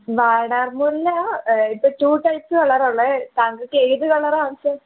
വാടാർമുല്ല ഇപ്പോൾ two types കളറാ ഉള്ളത് താങ്കൾക്ക് ഏത് കളറാ ആവശ്യം